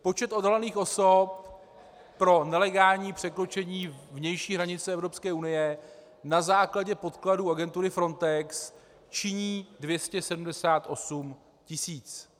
Počet odhalených osob pro nelegální překročení vnější hranice Evropské unie na základě podkladů agentury FRONTEX činí 278 tisíc.